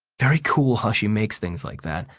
very cool how she makes things like that.